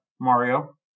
Mario